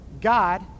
God